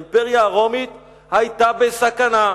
האימפריה הרומית היתה בסכנה.